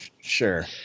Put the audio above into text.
sure